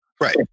Right